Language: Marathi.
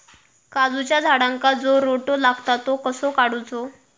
काजूच्या झाडांका जो रोटो लागता तो कसो काडुचो?